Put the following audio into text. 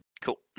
Cool